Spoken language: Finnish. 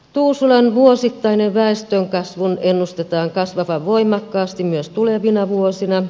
tuusulan vuosittaisen väestönkasvun ennustetaan olevan voimakasta myös tulevina vuosina